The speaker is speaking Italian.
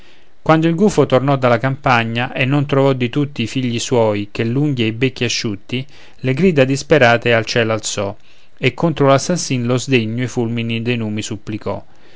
quando il gufo tornò dalla campagna e non trovò di tutti i figli suoi che l'unghie e i becchi asciutti le grida disperate al cielo alzò e contro l'assassin lo sdegno e i fulmini dei numi supplicò